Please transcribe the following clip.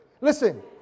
Listen